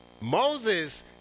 Moses